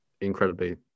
incredibly